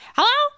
Hello